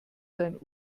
seinen